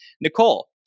nicole